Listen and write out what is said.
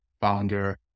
founder